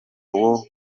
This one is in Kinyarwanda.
uwo